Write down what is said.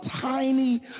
tiny